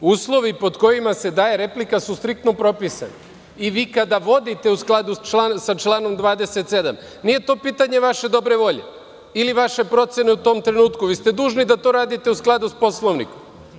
Uslovi pod kojima se daje replika su striktno propisani i vi kada vodite, u skladu sa članom 27, nije to pitanje vaše dobre volje ili vaše procene u tom trenutku, vi ste dužni da to radite u skladu sa Poslovnikom.